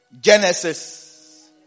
Genesis